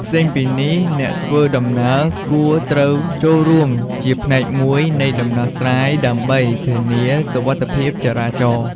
ផ្សេងពីនេះ អ្នកធ្វើដំណើរគួរត្រូវចូលរួមជាផ្នែកមួយនៃដំណោះស្រាយ ដើម្បីធានាសុវត្ថិភាពចរាចរណ៍។